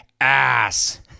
ass